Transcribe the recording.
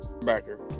backer